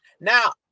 Now